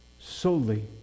solely